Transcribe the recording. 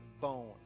bone